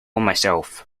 myself